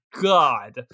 God